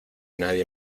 nadie